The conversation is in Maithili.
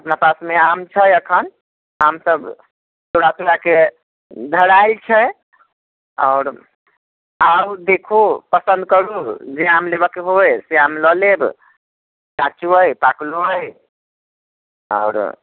हमरा पासमे आम छै एखन आम सब तोरा तोराके धराइत छै आओर आउ देखू पसन्द करू जे आम लेबऽके होए से आम लऽ लेब काचो अइ पाकलो अइ आओर